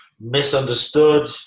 misunderstood